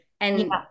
and-